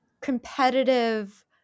competitive